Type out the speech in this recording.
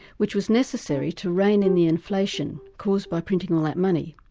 which was necessary to reign in the inflation caused by printing all that money,